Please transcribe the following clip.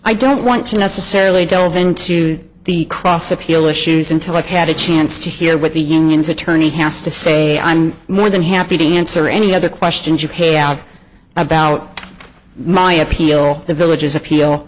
i don't want to necessarily delve into the cross appeal issues until i've had a chance to hear what the young man's attorney has to say i'm more than happy to answer any other questions you payout about my appeal the villages appeal